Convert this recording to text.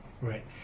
Right